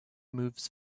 moves